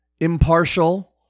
Impartial